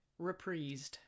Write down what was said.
Reprised